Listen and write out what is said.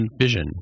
Vision